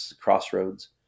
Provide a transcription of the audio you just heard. crossroads